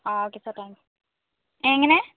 ആ okay sir thank you എങ്ങനേ